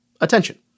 attention